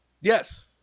Yes